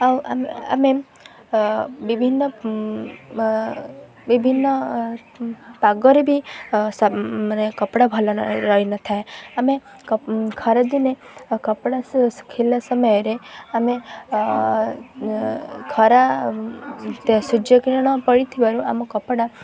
ଆଉ ଆମେ ବିଭିନ୍ନ ବିଭିନ୍ନ ପାଗରେ ବି ମାନେ କପଡ଼ା ଭଲ ରହିନଥାଏ ଆମେ ଖରାଦିନେ କପଡ଼ା ସେ ଶୁଖିଲା ସମୟରେ ଆମେ ଖରା ସୂର୍ଯ୍ୟକିରଣ ପଡ଼ିଥିବାରୁ ଆମ କପଡ଼ା